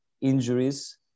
injuries